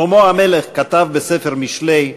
שלמה המלך כתב בספר משלי: